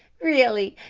really,